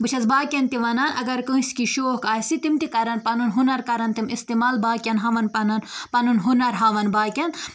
بہٕ چھَس باقین تہِ وَنان اَگر کٲنٛسہِ کیٚنٛہہ شوق آسہِ تِم تہِ کَرَن پَنُن ہُنَر کَرَن تِم اِستعمال باقین ہاوَن پَنُن پَنُن ہُنَر ہاوَن باقیَن